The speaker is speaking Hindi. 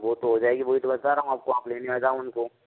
वो तो हो जाएगी वो ही तो मैं कह रहा हूँ आपको आप लेने आ जाओ इनको